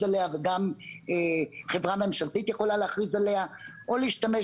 עליה וגם חברה ממשלתית יכולה להכריז עליה או להשתמש